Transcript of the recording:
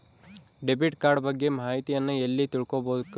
Debit card ಬಗ್ಗೆ ಮಾಹಿತಿಯನ್ನ ಎಲ್ಲಿ ತಿಳ್ಕೊಬೇಕು?